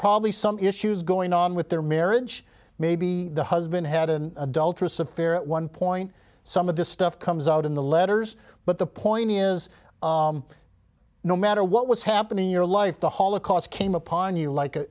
probably some issues going on with their marriage maybe the husband had an adulterous affair at one point some of this stuff comes out in the letters but the point is no matter what was happening in your life the holocaust came upon you like